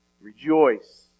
Rejoice